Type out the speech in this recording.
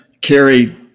carry